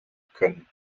können